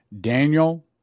Daniel